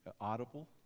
audible